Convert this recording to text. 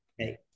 okay